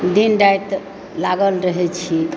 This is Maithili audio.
दिन राति लागल रहैत छी